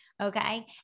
Okay